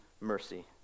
mercy